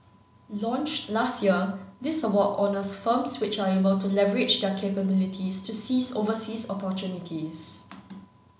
launched last year this award honours firms which are able to leverage their capabilities to seize overseas opportunities